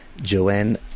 Joanne